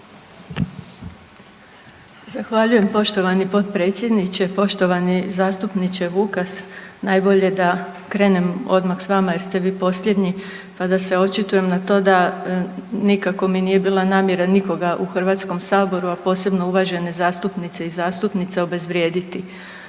Zahvaljujem poštovani potpredsjedniče. Poštovani zastupniče Vukas najbolje da krenem odmah s vama jer ste vi posljednji pa da se očitujem na to da nikako mi nije bila namjera nikoga u Hrvatskom saboru, a posebno uvažene zastupnice i zastupnike obezvrijediti.